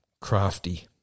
crafty